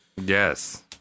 Yes